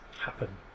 happen